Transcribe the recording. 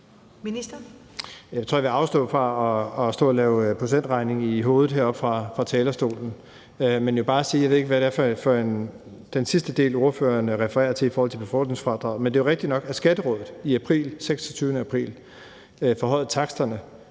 Jeg tror, at jeg vil afstå fra at stå og lave procentregning i hovedet heroppe fra talerstolen, men jeg vil bare sige, at jeg ikke ved, hvad det er, ordføreren refererer til i forhold til den sidste del om befordringsfradraget. Men det er jo rigtigt nok, at Skatterådet i april, den 26. april, forhøjede taksterne